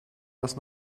das